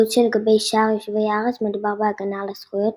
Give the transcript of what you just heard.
בעוד שלגבי שאר יושבי הארץ מדובר ב"הגנה על הזכויות",